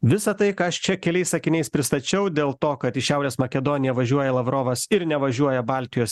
visa tai ką aš čia keliais sakiniais pristačiau dėl to kad į šiaurės makedoniją važiuoja lavrovas ir nevažiuoja baltijos